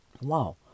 wow